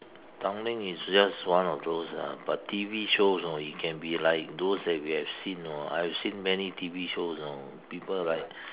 Tanglin is just one of those ah but T_V shows you know it can be like those that we have seen you know I have seen many T_V shows you know people like